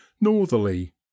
Northerly